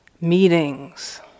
meetings